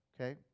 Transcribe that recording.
okay